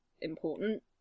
important